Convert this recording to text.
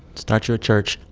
start your church.